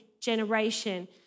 generation